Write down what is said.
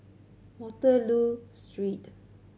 Waterloo Street